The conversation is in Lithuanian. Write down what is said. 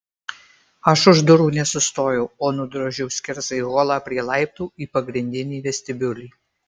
aš už durų nesustojau o nudrožiau skersai holą prie laiptų į pagrindinį vestibiulį